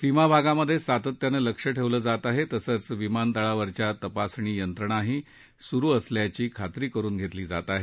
सीमा भागात सातत्यानं लक्ष ठेवलं जात आहे तसंच विमानतळावरच्या तपासणी यंत्रणाही सुरु असल्याची खात्री करुन घेतली जात आहे